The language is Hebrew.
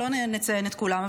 לא נציין את כולם,